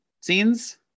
scenes